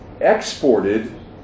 exported